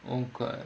onko